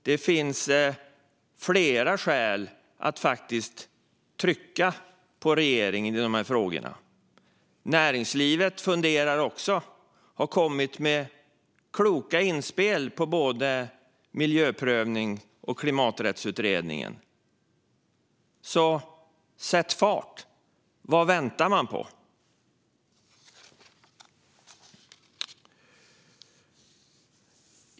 Det finns flera skäl att sätta press på regeringen i dessa frågor. Näringslivet funderar också och har kommit med kloka inspel gällande både Miljöprövningsutredningen och Klimaträttsutredningen. Så sätt fart! Vad väntar man på?